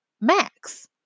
Max